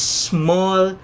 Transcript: small